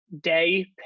day